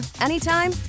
anytime